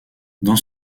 dans